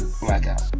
blackout